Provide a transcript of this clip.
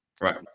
Right